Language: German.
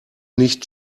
nicht